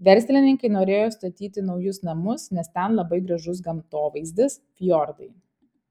verslininkai norėjo statyti naujus namus nes ten labai gražus gamtovaizdis fjordai